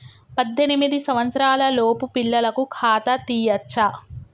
పద్దెనిమిది సంవత్సరాలలోపు పిల్లలకు ఖాతా తీయచ్చా?